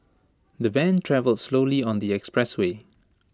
the van travelled slowly on the expressway